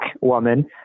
woman